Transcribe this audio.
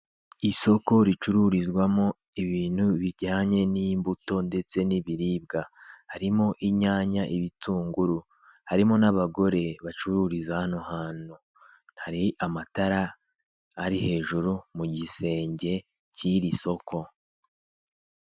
Isoko ricururizwamo ibintu bijyanye n'imbuto ndetse n'ibiribwa. Harimo inyanya, ibitunguru, harimo n'abagore bacururiza hano hantu. Hari amatara ari hejuru mu gisenge cy'iri soko.